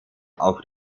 auf